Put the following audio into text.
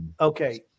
okay